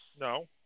No